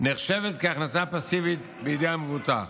נחשבת הכנסה פסיבית בידי המבוטח,